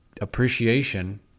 appreciation